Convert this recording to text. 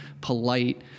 polite